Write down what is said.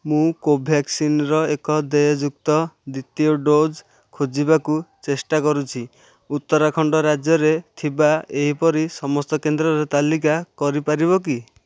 ମୁଁ କୋଭ୍ୟାକ୍ସିନ୍ର ଏକ ଦେୟଯୁକ୍ତ ଦ୍ୱିତୀୟ ଡୋଜ୍ ଖୋଜିବାକୁ ଚେଷ୍ଟା କରୁଛି ଉତ୍ତରାଖଣ୍ଡ ରାଜ୍ୟରେ ଥିବା ଏହିପରି ସମସ୍ତ କେନ୍ଦ୍ରର ତାଲିକା କରିପାରିବ କି